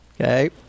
Okay